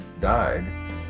died